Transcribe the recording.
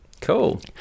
Cool